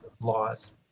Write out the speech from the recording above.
laws